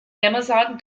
amazon